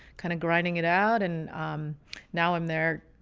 kind of grinding it out. and now i'm there,